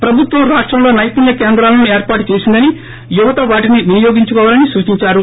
ప్రభుత్వం రాష్టంలో నైపుణ్య కేంద్రాలను ఏర్పాటు చేసిందని యువత్ వాటిని వినియోగించుకోవాలని సూచించారు